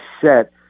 set